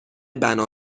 بنا